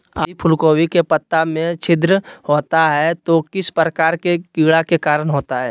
यदि फूलगोभी के पत्ता में छिद्र होता है तो किस प्रकार के कीड़ा के कारण होता है?